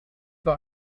war